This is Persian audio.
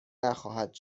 نخواهد